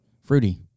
fruity